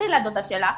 תלכי לדודה שלך,